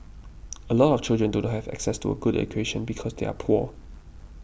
a lot of children do not have access to a good education because they are poor